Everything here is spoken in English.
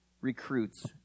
recruits